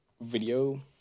video